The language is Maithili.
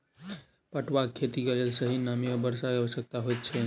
पटुआक खेतीक लेल सही नमी आ वर्षा के आवश्यकता होइत अछि